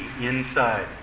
inside